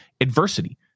adversity